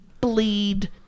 bleed